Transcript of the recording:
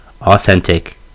authentic